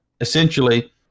essentially